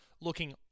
looking